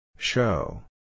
Show